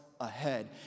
ahead